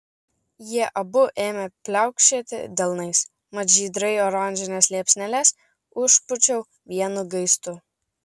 jie abu ėmė pliaukšėti delnais mat žydrai oranžines liepsneles užpūčiau vienu gaistu